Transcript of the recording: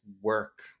work